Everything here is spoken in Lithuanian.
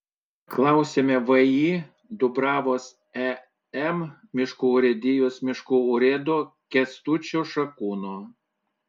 klausiame vį dubravos em miškų urėdijos miškų urėdo kęstučio šakūno